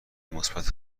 مثبت